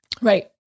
Right